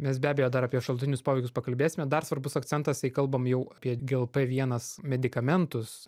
mes be abejo dar apie šalutinius poveikius pakalbėsime dar svarbus akcentas jei kalbam jau apie glp vienas medikamentus